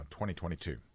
2022